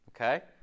okay